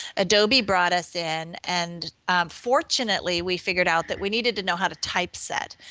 adobe brought us in and fortunately we figured out that we needed to know how to typeset.